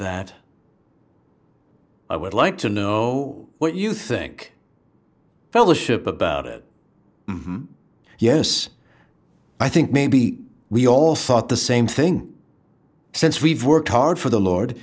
that i would like to know what you think fellowship about it yes i think maybe we all thought the same thing since we've worked hard for the